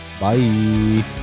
bye